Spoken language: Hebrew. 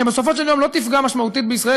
"שבסופו של יום לא תפגע משמעותית בישראל,